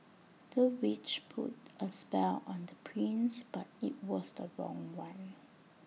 the witch put A spell on the prince but IT was the wrong one